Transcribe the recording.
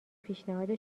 پیشنهاد